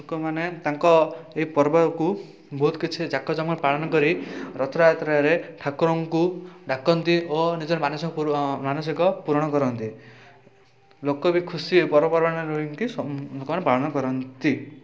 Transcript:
ଲୋକମାନେ ତାଙ୍କ ଏଇ ପର୍ବକୁ ବହୁତ କିଛି ଜାକଜମକରେ ପାଳନ କରି ରଥଯାତ୍ରାରେ ଠାକୁରଙ୍କୁ ଡାକନ୍ତି ଓ ନିଜର ମାନସିକ ପୁର ମାନସିକ ପୁରଣ କରନ୍ତି ଲୋକ ବି ଖୁସି ଏଇ ପର୍ବପର୍ବାଣି ରହିକି ସମ ଲୋକମାନେ ପାଳନ କରନ୍ତି